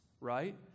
right